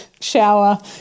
shower